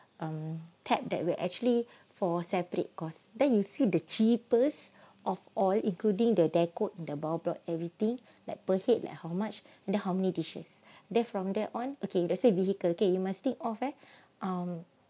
uh tab that we're actually for separate cost then you see the cheapest of all including the decoration the ball hall everything like per head like how much then how many dishes there from there on okay let's say vehicle K you must think of eh um